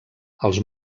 els